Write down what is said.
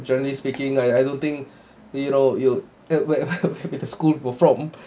generally speaking I I don't think you know you where are we it's the school we were from